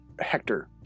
Hector